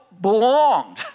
belonged